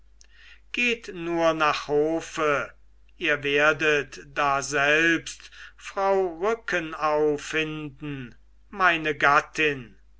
geht nur nach hofe ihr werdet daselbst frau rückenau finden meine gattin